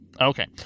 Okay